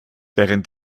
während